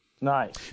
Nice